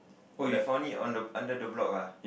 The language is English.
oh you found it on the under the block ah